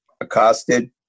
accosted